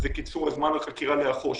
זה קיצור זמן החקירה לאחור,